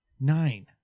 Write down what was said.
nine